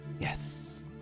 Yes